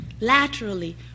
laterally